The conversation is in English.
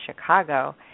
Chicago